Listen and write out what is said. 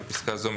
בפסקה זו,